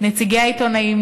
נציגי העיתונאים,